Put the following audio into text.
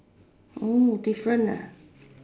oh different ah